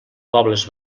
pobles